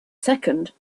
second